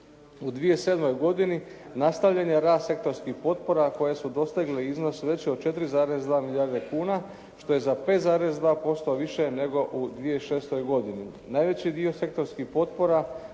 U 2007. godini nastavljen je rad sektorskih potpora koje su dosegle iznos veći od 4,2 milijarde kuna što je za 5,2% više nego u 2006. godini. Najveći dio sektorskih potpora